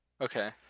Okay